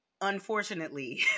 unfortunately